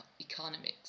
economics